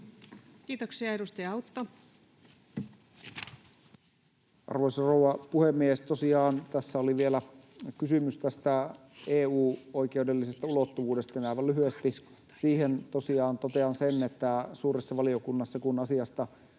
Kiitoksia. — Edustaja Autto. Arvoisa rouva puhemies! Tosiaan tässä oli vielä kysymys tästä EU-oikeudellisesta ulottuvuudesta. Aivan lyhyesti siihen totean sen, että suuressa valiokunnassa, kun asiasta